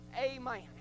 Amen